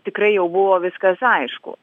tikrai jau buvo viskas aišku